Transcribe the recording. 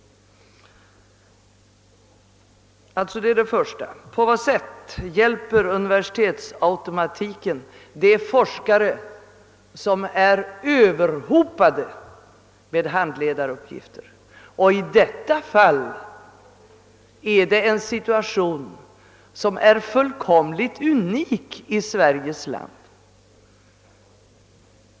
"Den första frågan är: På vad sätt hjälper = universitetsautomatiken «de forskare som är överhopade med handledaruppgifter? I det fall som nämns 1 motionerna är situationen fullkomligt unik i Sverige.